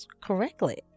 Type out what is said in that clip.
correctly